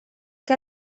que